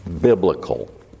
biblical